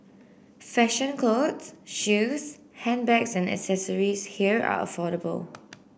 fashion clothes shoes handbags and accessories here are affordable